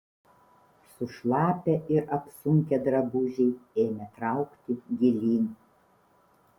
sušlapę ir apsunkę drabužiai ėmė traukti gilyn